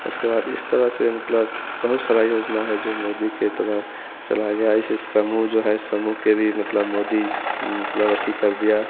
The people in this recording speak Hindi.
उसके बाद इस तरह से मतलब बहुत सारी योजना है जो मोदी के द्वारा चलाया गया ऐसे समूह जो है समूह के भी मतलब मोदी मतलब अथी कर दिया